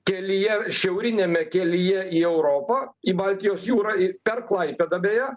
kelyje šiauriniame kelyje į europą į baltijos jūrą į per klaipėdą beje